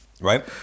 right